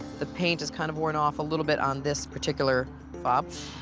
the paint is kind of worn off a little bit on this particular fob.